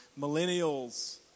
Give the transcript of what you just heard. millennials